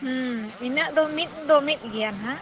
ᱦᱮᱸ ᱤᱱᱟᱹᱜ ᱫᱚ ᱢᱤᱫ ᱫᱚ ᱢᱤᱫ ᱜᱮᱭᱟ ᱱᱟᱦᱟᱜ